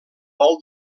bol